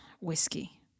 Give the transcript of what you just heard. whiskey